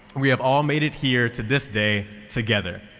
we have all made it here to this day together.